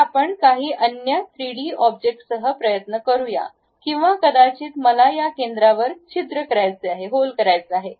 तर आपण काही अन्य 3 डी ऑब्जेक्टसह प्रयत्न करू या किंवा कदाचित मला या केंद्रांवर छिद्र करायचे आहे